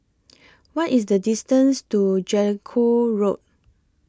What IS The distances to Jellicoe Road